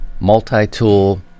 multi-tool